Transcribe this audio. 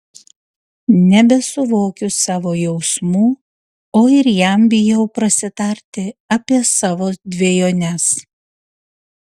nebesuvokiu savo jausmų o ir jam bijau prasitarti apie savo dvejones